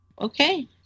okay